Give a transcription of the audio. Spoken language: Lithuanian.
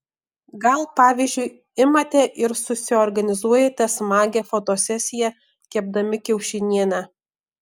gal pavyzdžiui imate ir susiorganizuojate smagią fotosesiją kepdami kiaušinienę